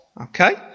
Okay